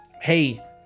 hey